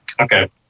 Okay